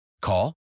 Call